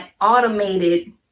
automated